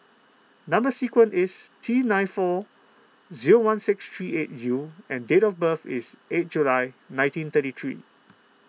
Number Sequence is T nine four zero one six three eight U and date of birth is eight July nineteen thirty three